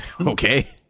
Okay